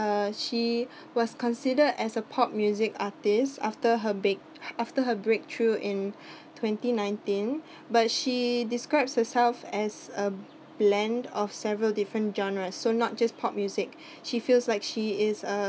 uh she was considered as a pop music artist after her big after her breakthrough in twenty nineteen but she describes herself as a blend of several different genre so not just pop music she feels like she is a